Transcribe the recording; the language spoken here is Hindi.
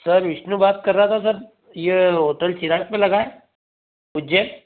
सर विष्णु बात कर रहा था सर यह होटल चिराग पर लगा है उज्जैन